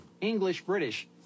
English-British